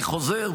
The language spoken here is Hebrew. אני חוזר,